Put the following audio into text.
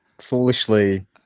foolishly